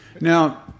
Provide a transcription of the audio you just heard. Now